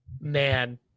Man